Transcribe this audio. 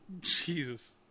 Jesus